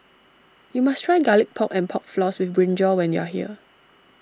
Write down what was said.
you must try Garlic Pork and Pork Floss with Brinjal when you are here